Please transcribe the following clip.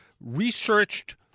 researched